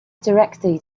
directly